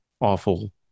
awful